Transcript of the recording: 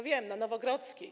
Wiem, na Nowogrodzkiej.